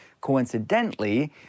Coincidentally